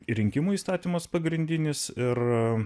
rinkimų įstatymas pagrindinis ir